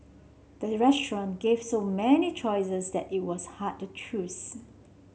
the restaurant gave so many choices that it was hard to choose